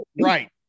right